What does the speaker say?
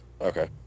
Okay